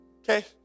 Okay